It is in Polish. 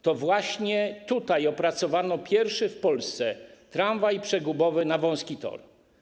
To właśnie tutaj opracowano pierwszy w Polsce tramwaj przegubowy na wąski tor.